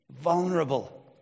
vulnerable